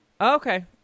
Okay